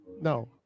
No